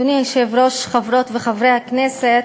אדוני היושב-ראש, חברות וחברי הכנסת,